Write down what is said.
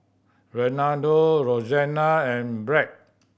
Renaldo Roxanna and Bret